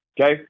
Okay